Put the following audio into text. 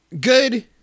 Good